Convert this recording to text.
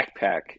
backpack